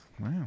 Wow